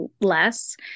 less